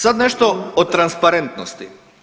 Sad nešto o transparentnosti.